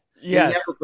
Yes